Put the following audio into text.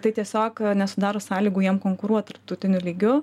tai tiesiog nesudaro sąlygų jiem konkuruot tarptautiniu lygiu